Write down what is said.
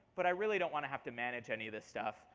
but i really don't want to have to manage any of this stuff.